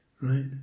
right